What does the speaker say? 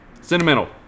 Sentimental